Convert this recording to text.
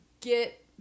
get